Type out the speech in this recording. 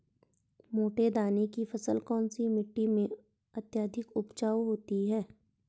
मोटे दाने की फसल कौन सी मिट्टी में अत्यधिक उपजाऊ होती है?